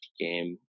game